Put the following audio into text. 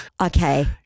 Okay